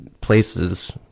places